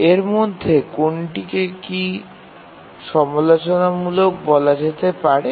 এর মধ্যে কোনটিকে কি সমালোচনামূলক বলা যেতে পারে